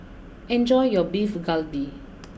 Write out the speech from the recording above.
enjoy your Beef Galbi